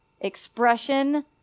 Expression